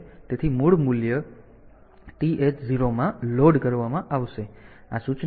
તેથી તે મૂળ મૂલ્ય TH 0 માં લોડ કરવામાં આવશે